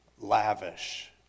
Lavish